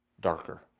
darker